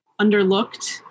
underlooked